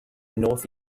north